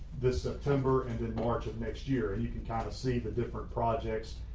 the september and and march of next year and you can kind of see the different projects,